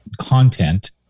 content